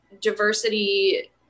diversity